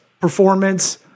performance